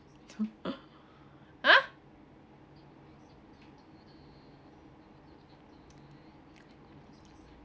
told !huh!